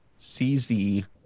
CZ